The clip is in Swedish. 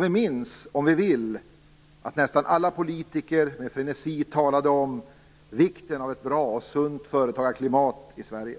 Vi minns - om vi vill - att nästan alla politiker med frenesi talade om vikten av ett bra och sunt företagarklimat i Sverige.